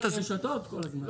אתה מדבר על הרשתות כל הזמן.